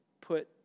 put